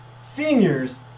seniors